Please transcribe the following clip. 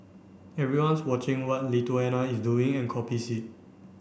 everyone's watching what Lithuania is doing and copies it